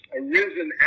arisen